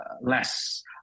less